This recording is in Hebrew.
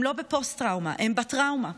הם לא בפוסט טראומה, הם בַטראומה.